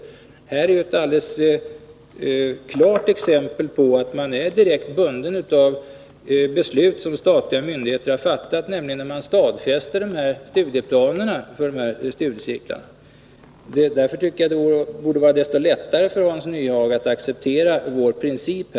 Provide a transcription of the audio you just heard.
Här är ett klart exempel på att man är direkt bunden av beslut som statliga myndigheter har fattat, nämligen när de stadfäster studieplanerna för de här studiecirklarna. Därför tycker jag att det borde vara desto lättare för Hans Nyhage att acceptera vår princip.